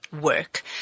work